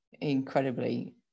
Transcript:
incredibly